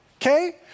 okay